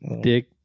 dick